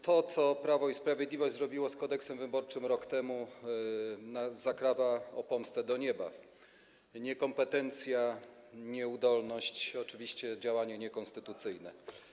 To, co Prawo i Sprawiedliwość zrobiło z Kodeksem wyborczym rok temu, woła o pomstę do nieba - niekompetencja, nieudolność, oczywiście działanie niekonstytucyjne.